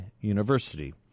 University